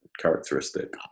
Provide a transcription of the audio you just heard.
characteristic